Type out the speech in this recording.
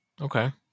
Okay